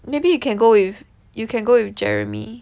maybe you can go with you can go with Jeremy